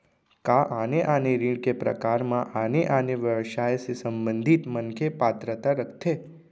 का आने आने ऋण के प्रकार म आने आने व्यवसाय से संबंधित मनखे पात्रता रखथे?